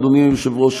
אדוני היושב-ראש,